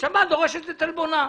השבת דורשת את עלבונה.